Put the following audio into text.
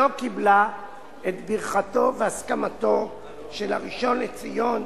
לא קיבלה את ברכתו והסכמתו של הראשון לציון,